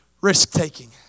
risk-taking